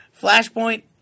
Flashpoint